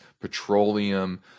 petroleum